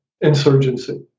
insurgency